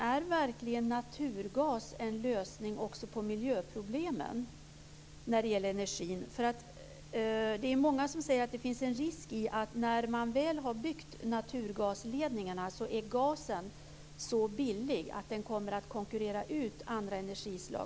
Är verkligen naturgas en lösning också på miljöproblemen när det gäller energin? Det är många som säger att det finns en risk med detta i och med att när man väl har byggt naturgasledningarna så är gasen så billig att den kommer att konkurrera ut andra energislag.